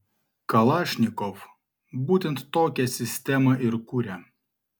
kalašnikov būtent tokią sistemą ir kuria